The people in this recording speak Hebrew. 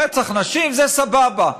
רצח נשים זה סבבה.